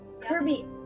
Kirby